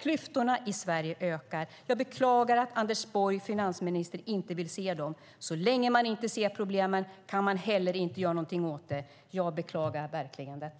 Klyftorna i Sverige ökar. Jag beklagar att Anders Borg, finansministern, inte vill se dem. Så länge man inte ser problemen kan man heller inte göra någonting åt dem. Jag beklagar verkligen detta.